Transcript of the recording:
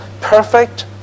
perfect